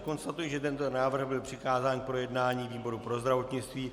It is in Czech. Konstatuji, že tento návrh byl přikázán k projednání výboru pro zdravotnictví.